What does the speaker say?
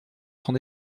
son